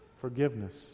Forgiveness